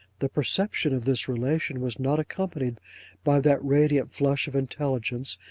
the perception of this relation was not accompanied by that radiant flash of intelligence,